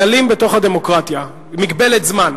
כללים בתוך הדמוקרטיה, מגבלת זמן.